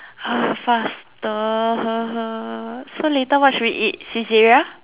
faster so later what should we eat Saizeriya